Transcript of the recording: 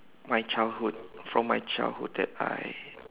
my childhood from my childhood that I